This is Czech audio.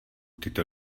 tyto